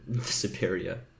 superior